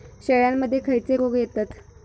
शेळ्यामध्ये खैचे रोग येतत?